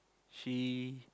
she